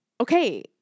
Okay